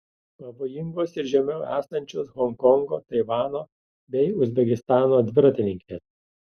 pavojingos ir žemiau esančios honkongo taivano bei uzbekistano dviratininkės